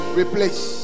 replace